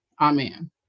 Amen